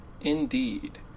indeed